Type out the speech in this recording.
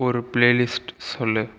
ஒரு ப்ளேலிஸ்ட் சொல்